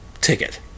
ticket